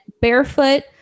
barefoot